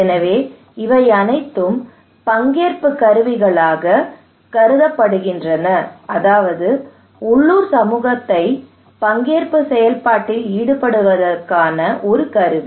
எனவே இவை அனைத்தும் பங்கேற்பு கருவிகளாகக் கருதப்படுகின்றன அதாவது உள்ளூர் சமூகத்தை பங்கேற்பு செயல்பாட்டில் ஈடுபடுத்துவதற்கான ஒரு கருவி